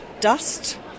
dust